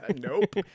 Nope